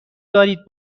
دارید